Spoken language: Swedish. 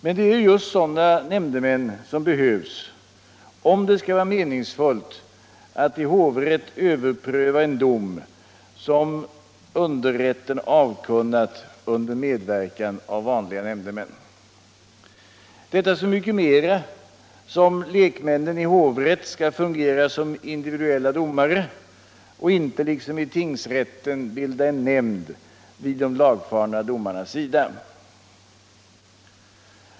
Men det är just sådana nämndemän som behövs om det skall vara meningsfullt att i hovrätt överpröva en dom som underrätten avkunnat under medverkan av vanliga nämndemän. Detta är så mycket mera angeläget som lekmännen i hovrätt skall fungera som individuella domare och inte liksom i tingsrätten bilda en nämnd vid de lagfarna domarnas sida.